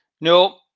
No